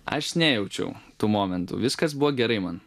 aš nejaučiau tų momentų viskas buvo gerai man